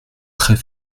très